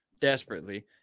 Desperately